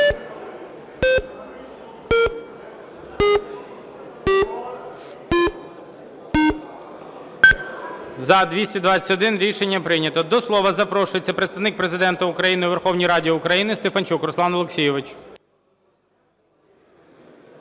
За-221 Рішення прийнято. До слова запрошується Представник Президента України у Верховній Раді України Стефанчук Руслан Олексійович.